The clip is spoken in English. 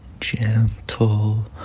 gentle